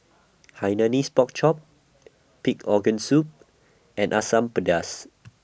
Hainanese Pork Chop Pig Organ Soup and Asam Pedas